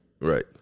Right